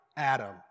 Adam